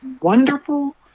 wonderful